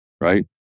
Right